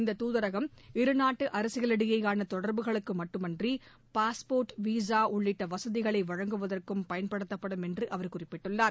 இந்தத் துதரகம் இருநாட்டு அரசுகளிடையேயான தொடர்புகளுக்கு மட்டுமன்றி பாஸ்போர்ட் விசா உள்ளிட்ட வசதிகளை வழங்குவதற்கும் பயன்படுத்தப்படும் என்று அவர் குறிப்பிட்டுள்ளார்